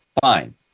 fine